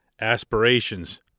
aspirations